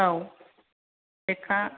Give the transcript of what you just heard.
औ लेखा